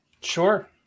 sure